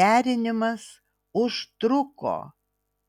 derinimas užtruko